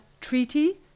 treaty